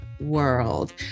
world